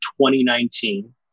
2019